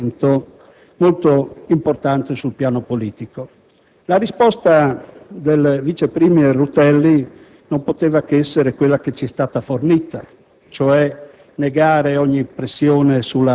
aperto un dibattito nel Paese e in Parlamento molto importante sul piano politico. La risposta del vice *premier* Rutelli non poteva che essere quella che ci è stata fornita,